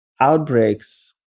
outbreaks